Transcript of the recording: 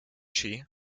she